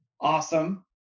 awesome